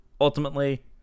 ultimately